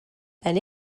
elle